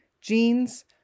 jeans